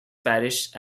parish